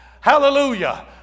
Hallelujah